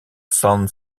san